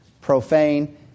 profane